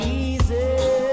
easy